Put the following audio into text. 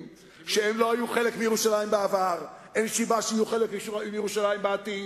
שלא היו חלק מירושלים בעבר ואין סיבה שיהיו חלק מירושלים בעתיד.